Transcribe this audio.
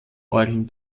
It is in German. orgeln